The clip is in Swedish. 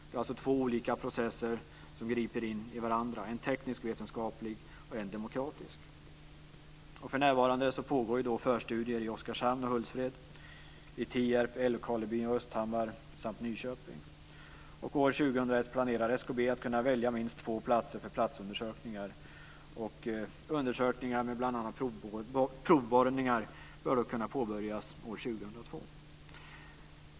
Det är alltså två olika processer som griper in i varandra, en teknisk-vetenskaplig och en demokratisk. För närvarande pågår förstudier i Oskarshamn, Nyköping. År 2001 planerar SKB att kunna välja minst två platser för platsundersökningar. Undersökningar med bl.a. provborrningar bör kunna påbörjas år 2002.